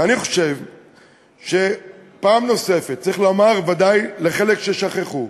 ואני חושב שפעם נוספת צריך לומר, ודאי לחלק ששכחו,